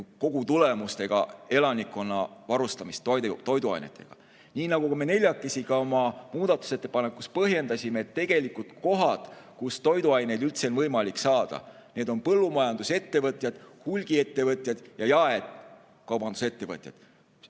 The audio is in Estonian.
kogutulemust ega elanikkonna varustamist toiduainetega. Nii nagu me neljakesi ka oma muudatusettepanekus põhjendasime, siis kohad, kust toiduaineid üldse on võimalik saada, on põllumajandusettevõtjatelt, hulgiettevõtjatelt ja jaekaubandusettevõtjatelt.